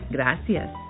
Gracias